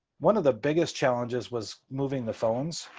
one of the biggest challenges was moving the phones.